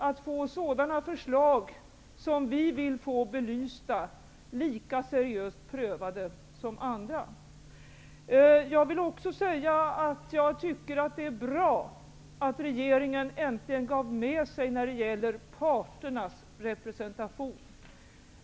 att få sådana förslag, som vi vill få belysta, lika seriöst prövade som andra. Det är också bra att regeringen äntligen gav med sig när det gäller parternas representation.